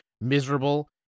miserable